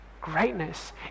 Greatness